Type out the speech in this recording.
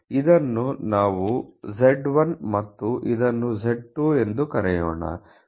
ಇದನ್ನು ನಾವು z1 ಮತ್ತು ಇದನ್ನು z2 ಎಂದು ಕರೆಯೋಣ